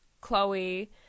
Chloe